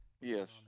Yes